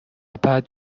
بعد